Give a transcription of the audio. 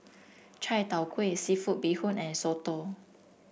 Chai Tow Kuay seafood Bee Hoon and Soto